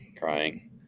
crying